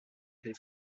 des